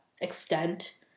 extent